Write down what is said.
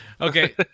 Okay